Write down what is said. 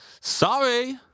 Sorry